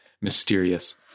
mysterious